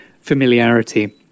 familiarity